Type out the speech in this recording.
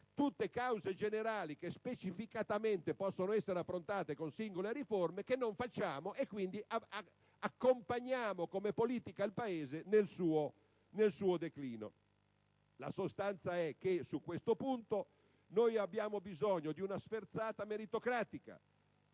tutte cause generali che specificamente possono essere affrontate con singole riforme che non facciamo e, quindi, accompagniamo, come politica, il Paese nel suo declino. La sostanza è che su questo punto abbiamo bisogno di una sferzata meritocratica,